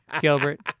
Gilbert